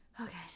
okay